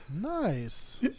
Nice